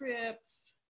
trips